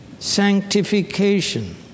sanctification